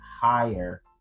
higher